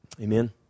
Amen